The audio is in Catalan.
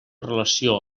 relació